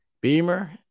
Beamer